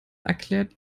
erklärt